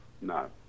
No